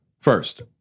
First